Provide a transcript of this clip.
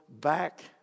back